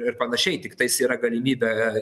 ir panašiai tiktais yra galimybė turėti